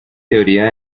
teoría